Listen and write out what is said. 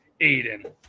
Aiden